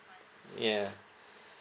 ya